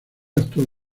actual